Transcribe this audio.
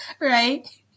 Right